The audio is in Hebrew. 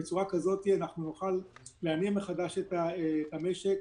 בצורה כזאת נוכל להניע מחדש את המשק,